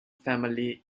family